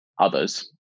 others